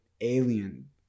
alien